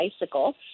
bicycle –